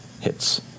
hits